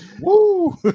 Woo